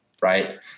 right